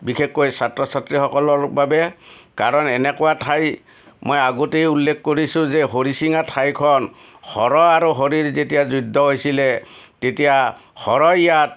বিশেষকৈ ছাত্ৰ ছাত্ৰীসকলৰ বাবে কাৰণ এনেকুৱা ঠাই মই আগতেও উল্লেখ কৰিছোঁ যে হৰিশিঙা ঠাইখন হৰ আৰু হৰিৰ যেতিয়া যুদ্ধ হৈছিলে তেতিয়া হৰই ইয়াত